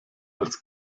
als